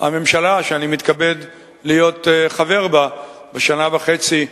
הממשלה שאני מתכבד להיות חבר בה שנה וחצי,